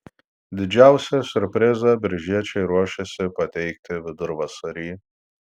didžiausią siurprizą biržiečiai ruošiasi pateikti vidurvasarį